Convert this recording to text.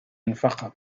فقط